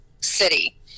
city